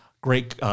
Great